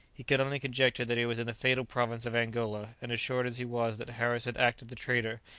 he could only conjecture that he was in the fatal province of angola, and assured as he was that harris had acted the traitor,